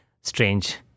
strange